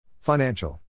Financial